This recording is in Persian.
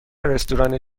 رستوران